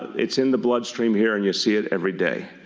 it's in the bloodstream here and you see it every day.